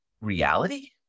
reality